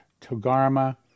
Togarma